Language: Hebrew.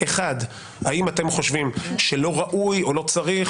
האם אתם חושבים שלא ראוי או לא צריך